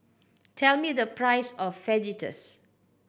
tell me the price of Fajitas